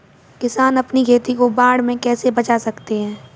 किसान अपनी खेती को बाढ़ से कैसे बचा सकते हैं?